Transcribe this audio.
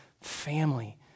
family